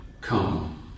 Come